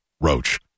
roach